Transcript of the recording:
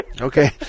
Okay